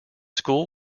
school